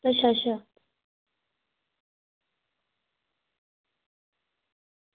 अच्छा अच्छा